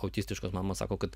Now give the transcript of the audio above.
autistiškos mama sako kad